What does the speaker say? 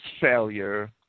failure